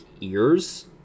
ears